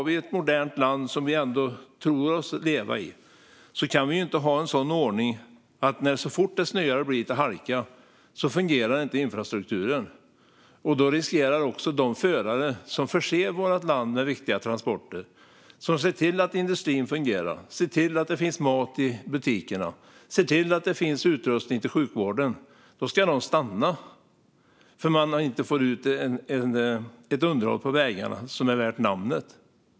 I ett modernt land, som vi ändå tror oss leva i, kan vi inte ha en sådan ordning att så fort det snöar och blir lite halka fungerar inte infrastrukturen. Då ska de förare som förser vårt land med viktiga transporter och ser till att industrin fungerar och att det finns mat i butikerna och utrustning till sjukvården stanna för att underhållet på vägarna inte är värt namnet.